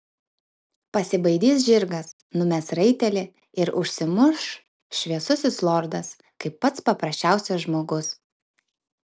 pasibaidys žirgas numes raitelį ir užsimuš šviesusis lordas kaip pats paprasčiausias žmogus